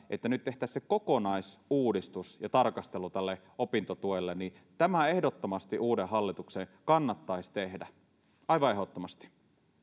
että nyt tehtäisiin se kokonaisuudistus ja tarkastelu tälle opintotuelle tämä ehdottomasti uuden hallituksen kannattaisi tehdä aivan ehdottomasti